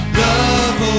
love